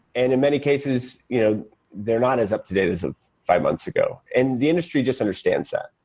and in many cases you know they're not as up-to-date as of five months ago, and the industry just understands that.